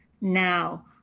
now